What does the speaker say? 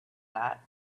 that